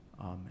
Amen